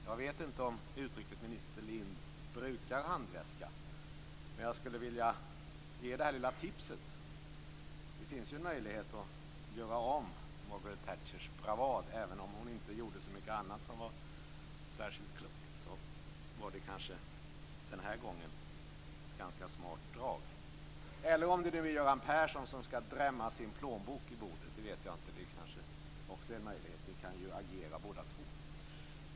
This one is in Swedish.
Jag vet inte om utrikesminister Lindh brukar handväska, men jag skulle vilja ge det lilla tipset. Det finns ju en möjlighet att göra om Margaret Thatchers bravad. Även om hon inte gjorde så mycket annat som var särskilt klokt var det kanske ett ganska smart drag den gången. Eller så är det kanske Göran Persson som skall drämma sin plånbok i bordet, det vet jag inte. Det kanske också är en möjlighet. Ni kan ju agera båda två.